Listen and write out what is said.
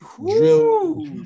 Drill